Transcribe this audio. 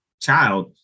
child